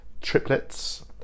triplets